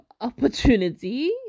opportunity